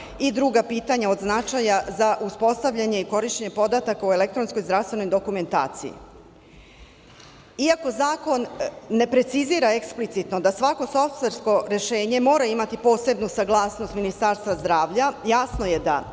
i druga pitanja od značaja za uspostavljanje i korišćenje podataka o elektronskoj zdravstvenoj dokumentaciji. Iako zakon ne precizira eksplicitno da svako softversko rešenje mora imati posebnu saglasnost Ministarstva zdravlja, jasno je da